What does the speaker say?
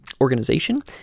organization